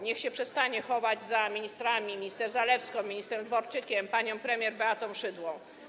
Niech przestanie się chować za ministrami: minister Zalewską, ministrem Dworczykiem, panią premier Beatą Szydło.